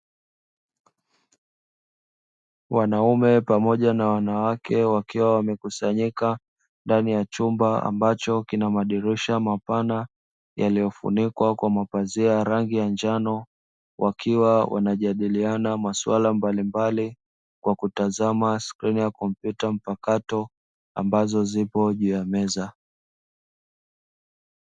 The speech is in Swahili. Wanaume pamoja na wanawake wakiwa wamekusanyika ndani ya chumba ambacho kina madirisha mapanda yaliyofunikwa kwa mapazia ya rangi ya njano, wakiwa wanajadiliana masuala mbalimbali kwa kutazama screen ya kompyuta mpakato ambazo zipo juu ya meza.